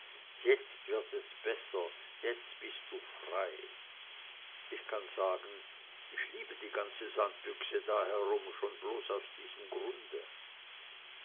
jetzt wird es besser jetzt bist du frei ich kann sagen ich liebe die ganze sandbüchse da herum schon bloß aus diesem grunde